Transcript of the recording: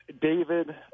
David